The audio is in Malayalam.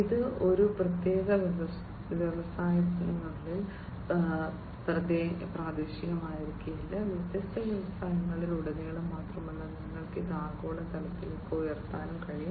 ഇത് ഒരു പ്രത്യേക വ്യവസായത്തിനുള്ളിൽ പ്രാദേശികമായിരിക്കില്ല വ്യത്യസ്ത വ്യവസായത്തിൽ ഉടനീളം മാത്രമല്ല നിങ്ങൾക്ക് ഇത് ആഗോള തലത്തിലേക്ക് ഉയർത്താനും കഴിയും